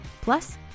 Plus